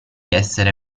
essere